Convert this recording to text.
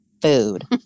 food